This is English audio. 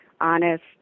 honest